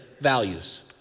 values